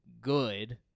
good